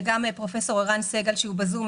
וגם פרופ' ערן סגל שנמצא אתנו בזום,